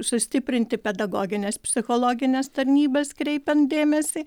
sustiprinti pedagogines psichologines tarnybas kreipiant dėmesį